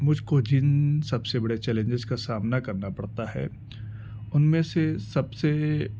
مجھ کو جن سب سے بڑے چیلنجیز کا سامنا کرنا پڑتا ہے ان میں سے سب سے